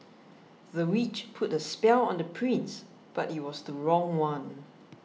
the witch put a spell on the prince but it was the wrong one